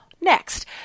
Next